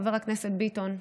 חבר הכנסת ביטון,